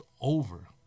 over